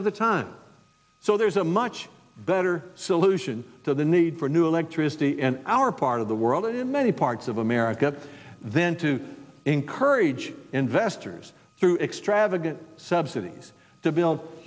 of the time so there's a much better solution to the need for new electricity in our part of the world in many parts of america then to encourage investors through extravagant subsidies to build